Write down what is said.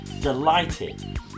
delighted